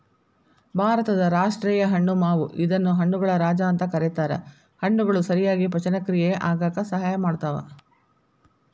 ಭಾರತದ ರಾಷ್ಟೇಯ ಹಣ್ಣು ಮಾವು ಇದನ್ನ ಹಣ್ಣುಗಳ ರಾಜ ಅಂತ ಕರೇತಾರ, ಹಣ್ಣುಗಳು ಸರಿಯಾಗಿ ಪಚನಕ್ರಿಯೆ ಆಗಾಕ ಸಹಾಯ ಮಾಡ್ತಾವ